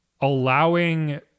allowing